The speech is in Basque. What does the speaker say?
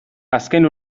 azken